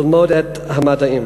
ללמוד את המדעים.